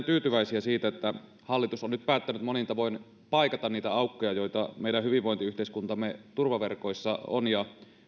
tyytyväisiä siitä että hallitus on nyt päättänyt monin tavoin paikata niitä aukkoja joita meidän hyvinvointiyhteiskuntamme turvaverkoissa on